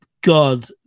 god